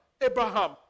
Abraham